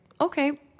okay